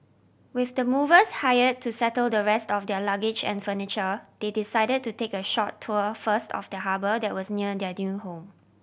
with the movers hired to settle the rest of their luggage and furniture they decided to take a short tour first of the harbour that was near their new home